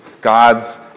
God's